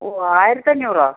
ഓ ആയിരത്തഞ്ഞൂറോ